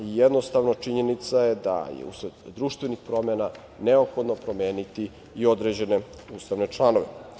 Jednostavno, činjenica je da je usled društvenih promena neophodno promeniti i određene ustavne članove.